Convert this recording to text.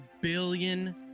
billion